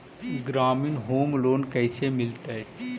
ग्रामीण home loan कैसे मिलतै?